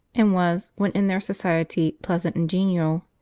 and was, when in their society, pleasant and genial.